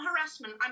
harassment